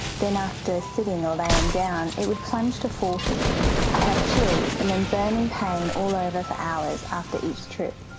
then after sitting or laying down it would plunge to forty. i'd have chills and then burning pain all over for hours after each trip.